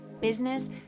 business